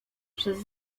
przez